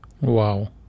wow